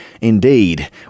Indeed